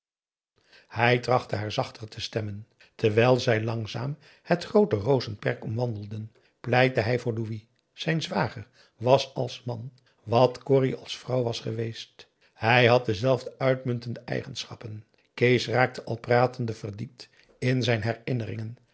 hij trachtte haar zachter te stemmen terwijl zij langzaam het groote rozenperk omwandelden pleitte hij voor louis zijn zwager was als man wat corrie als vrouw was geweest hij had dezelfde uitmuntende eigenschappen kees raakte al pratende verdiept in zijn herinneringen